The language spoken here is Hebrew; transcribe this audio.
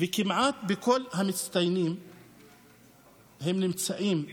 וכמעט כל המצטיינים נמצאים שם,